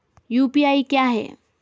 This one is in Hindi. यू.पी.आई क्या है?